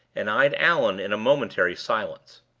and eyed allan in a momentary silence.